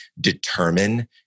determine